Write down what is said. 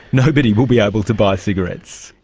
nobody will be able to buy cigarettes.